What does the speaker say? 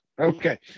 Okay